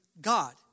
God